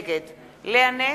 נגד לאה נס,